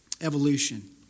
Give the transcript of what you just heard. Evolution